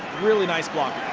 really nice blocking.